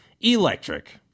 Electric